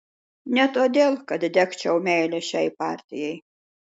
ne todėl kad degčiau meile šiai partijai